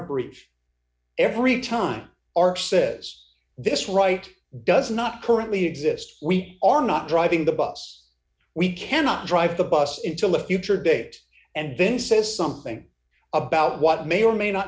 brief every time our says this right does not currently exist we are not driving the bus we cannot drive the bus in till a future date and then says something about what may or may not